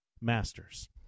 Masters